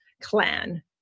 Clan